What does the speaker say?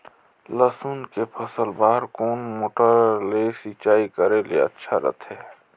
लसुन के फसल बार कोन मोटर ले सिंचाई करे ले अच्छा रथे?